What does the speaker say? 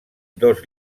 dos